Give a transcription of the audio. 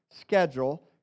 schedule